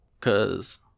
Cause